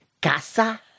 Casa